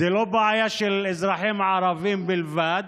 זו לא בעיה של האזרחים הערבים בלבד,